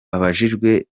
babajijwe